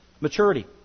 Maturity